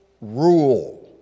rule